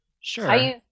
Sure